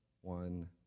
one